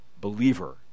believer